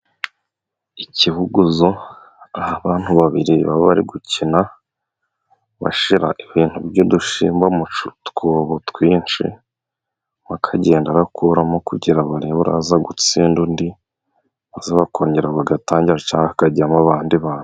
Ikibuguzo, aho abantu babiri baba bari gukina, bashyira ibintu by'udushyimbo mu twobo twinshi ,bakagenda bakuramo kugira barebe uraza gutsinda undi ,maze bakongera bagatangira , cyangwa hakajyamo abandi bantu.